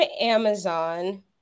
Amazon